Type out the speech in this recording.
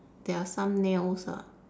there are some nails ah